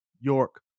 York